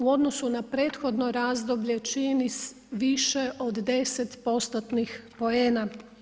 U odnosu na prethodno razdoblje čini više od 10%-nih poena.